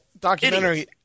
documentary